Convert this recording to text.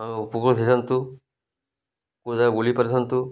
ଆଉ ଉପକୃତ ହେଇଥାନ୍ତୁ କେଉଁ ଯାକ ବୁଲି ପାରିଥାନ୍ତୁ